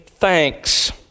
thanks